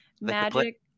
Magic